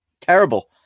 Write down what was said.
terrible